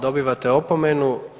Dobivate opomenu.